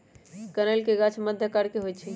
कनइल के गाछ मध्यम आकर के होइ छइ